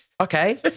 okay